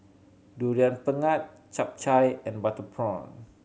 Durian Pengat Chap Chai and butter prawn